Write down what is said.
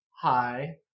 Hi